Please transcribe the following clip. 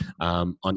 on